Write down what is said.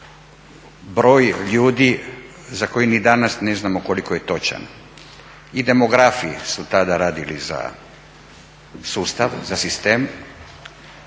broj ljudi za koji ni danas ne znamo koliko je točan. I demografije su tada radili za sustav, za sistem